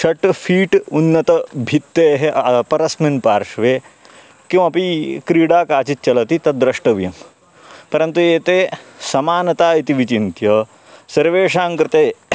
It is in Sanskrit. षट् फ़ीट् उन्नतभित्तेः अपरस्मिन् पार्श्वे किमपि क्रीडा काचित् चलति तद्द्रष्टव्यं परन्तु एते समानता इति विचिन्त्य सर्वेषां कृते